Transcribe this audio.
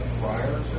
prior